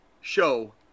show